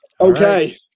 okay